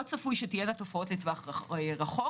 לא צפוי שתהיינה תופעות לטווח רחוק.